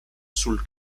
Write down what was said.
sul